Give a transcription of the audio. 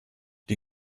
die